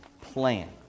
plan